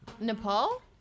Nepal